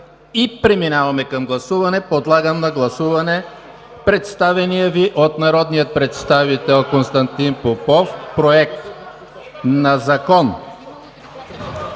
Преминаваме към гласуване. Подлагам на гласуване представения Ви от народния представител Константин Попов Проект на Закон…